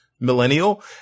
Millennial